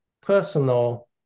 personal